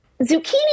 zucchini